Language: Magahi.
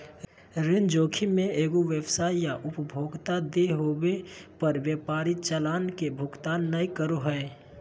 ऋण जोखिम मे एगो व्यवसाय या उपभोक्ता देय होवे पर व्यापारी चालान के भुगतान नय करो हय